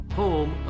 home